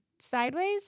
sideways